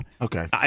Okay